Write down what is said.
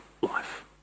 life